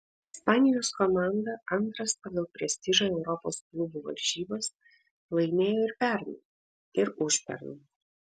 ispanijos komanda antras pagal prestižą europos klubų varžybas laimėjo ir pernai ir užpernai